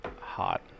hot